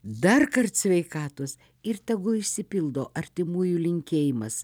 darkart sveikatos ir tegu išsipildo artimųjų linkėjimas